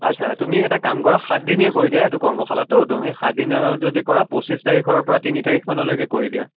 আচ্ছা তুমি এটা কাম কৰা সাতদিনীয়া কৰি দিয়া এইটো কৰ্মশালাটো তুমি সাতদিনীয়া যদি কৰা পঁচিছ তাৰিখৰ পৰা তিনি তাৰিখমানলৈকে কৰি দিয়া